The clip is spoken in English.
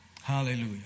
Hallelujah